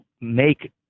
make